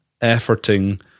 efforting